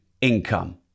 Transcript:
income